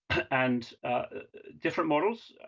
and different models,